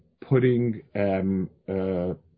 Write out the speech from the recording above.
putting